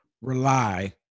rely